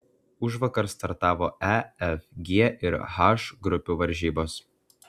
užvakar startavo e f g ir h grupių varžybos